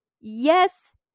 yes